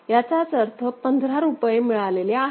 याचाच अर्थ 15 रुपये मिळाले आहेत